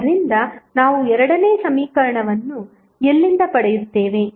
ಆದ್ದರಿಂದ ನಾವು ಎರಡನೇ ಸಮೀಕರಣವನ್ನು ಎಲ್ಲಿಂದ ಪಡೆಯುತ್ತೇವೆ